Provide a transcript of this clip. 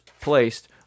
placed